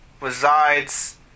Resides